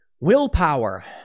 Willpower